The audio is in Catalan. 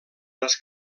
les